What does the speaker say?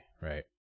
right